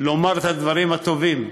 לומר את הדברים הטובים.